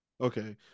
Okay